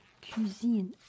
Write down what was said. cuisine